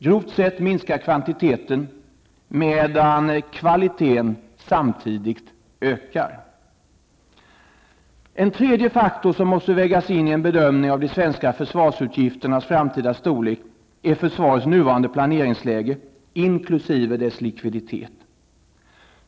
Grovt sett minskar kvantiteten, medan kvaliteten samtidigt ökar. En tredje faktor som måste vägas in i en bedömning av de svenska försvarsutgifternas framtida storlek är försvarets nuvarande planeringsläge, inkl. dess likviditet.